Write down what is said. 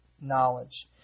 knowledge